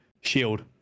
shield